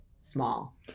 small